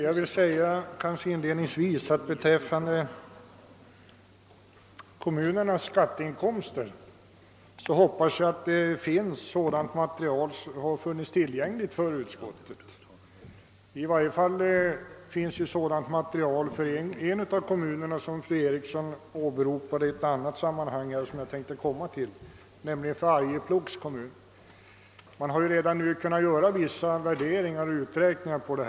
Herr talman! Beträffande kommunernas skatteinkomster vill jag inledningsvis säga att jag hoppas att material därom funnits tillgängligt i utskottet. I varje fall finns material för en av de kommuner som fru Eriksson i Stockholm åberopade i ett annat sammanhang och som jag tänkte komma till, nämligen Arjeplogs kommun. Man har redan nu kunnat göra vissa uträkningar härom.